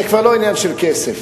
זה כבר לא עניין של כסף,